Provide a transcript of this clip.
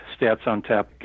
Statsontap